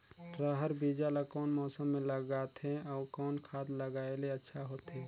रहर बीजा ला कौन मौसम मे लगाथे अउ कौन खाद लगायेले अच्छा होथे?